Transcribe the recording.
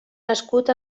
nascut